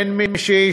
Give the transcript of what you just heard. אין מי שישמע,